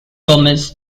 gomez